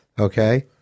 okay